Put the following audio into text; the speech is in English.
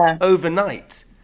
overnight